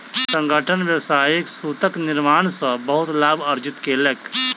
संगठन व्यावसायिक सूतक निर्माण सॅ बहुत लाभ अर्जित केलक